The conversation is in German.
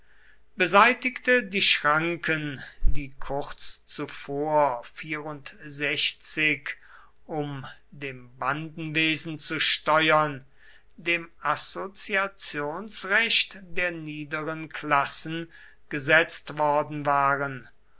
beseitigte die schranken die kurz zuvor um dem bandenwesen zu steuern dem assoziationsrecht der niederen klassen gesetzt worden waren